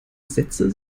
sätze